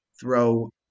throw